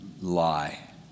lie